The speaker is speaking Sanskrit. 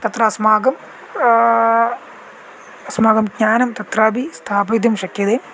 तत्र अस्माकं अस्माकं ज्ञानं तत्रापि स्थापयितुं शक्यते